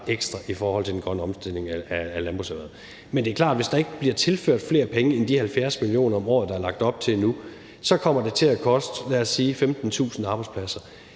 ekstra i forhold til den grønne omstilling af landbrugsområdet. Men det er klart, at hvis ikke der bliver tilført flere penge end de 70 mio. kr. om året, der er lagt op til nu, kommer det til at koste, lad os sige 15.000 arbejdspladser,